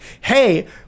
hey